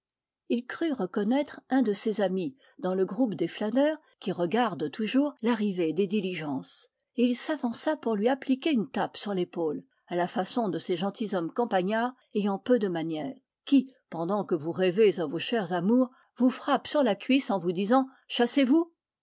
il crut reconnaître un de ses amis dans le groupe des flâneurs qui regardent toujours l'arrivée des diligences et il s'avança pour lui appliquer une tape sur l'épaule à la façon de ces gentilshommes campagnards ayant peu de manières qui pendant que vous rêvez à vos chères amours vous frappent sur la cuisse en vous disant chassez vous